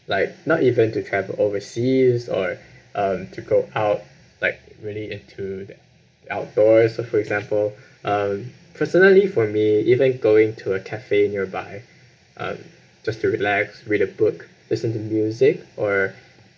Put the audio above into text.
like not even to travel overseas or um to go out like really into the outdoors so for example um personally for me even going to a cafe nearby um just to relax read a book listen to music or